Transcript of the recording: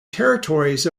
territories